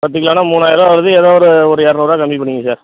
பத்துக் கிலோன்னா மூணாயரூவா வருது ஏதோ ஒரு ஒரு இரநூறுவா கம்மி பண்ணிக்கோங்க சார்